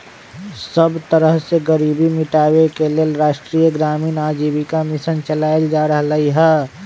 सब तरह से गरीबी मिटाबे के लेल राष्ट्रीय ग्रामीण आजीविका मिशन चलाएल जा रहलई ह